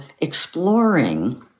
exploring